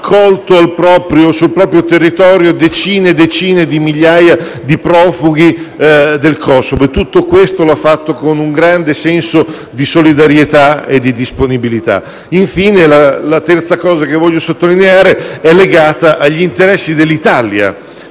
sul proprio territorio decine di migliaia di profughi di quel Paese e tutto questo lo ha fatto con un grande senso di solidarietà e disponibilità. La terza cosa che voglio, infine, sottolineare è legata agli interessi dell'Italia